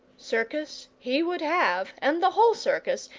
circus he would have, and the whole circus,